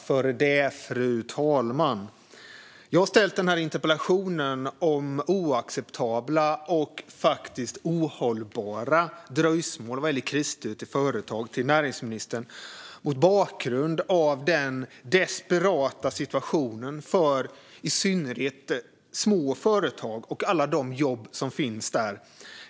Fru talman! Jag har ställt interpellationen till näringsministern om oacceptabla och faktiskt ohållbara dröjsmål vad gäller krisstöd till företag mot bakgrund av den desperata situationen för i synnerhet småföretag och alla de jobb som finns där.